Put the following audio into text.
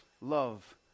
love